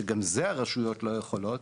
שגם זה הרשויות לא יכולות,